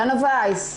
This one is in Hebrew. דנה וייס,